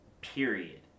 period